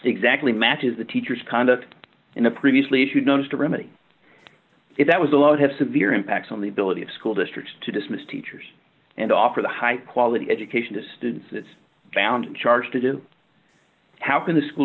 exactly matches the teacher's conduct in a previously issued notice to remedy if that was allowed have severe impact on the ability of school districts to dismiss teachers and offer the high quality education to students it's found charge to do how can the school